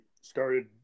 started